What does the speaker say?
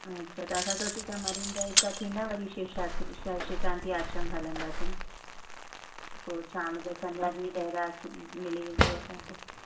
अच्छा त असां सोचूं था मरीन ड्राइव खां थींदा वरी शिव शाति शिव शांति आश्रम हलंदासीं पोइ शाम जो संध्या जी बैराग मिली वेंदी असांखे